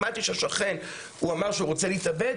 שמעתי שהשכן אמר שהוא רוצה להתאבד,